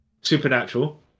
Supernatural